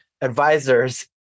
advisors